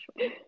sure